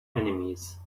enemies